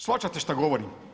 Shvaćate šta govorim?